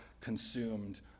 consumed